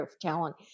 talent